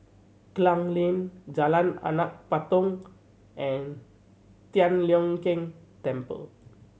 Klang Lane Jalan Anak Patong and Tian Leong Keng Temple